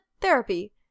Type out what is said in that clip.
Therapy